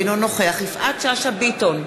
אינו נוכח יפעת שאשא ביטון,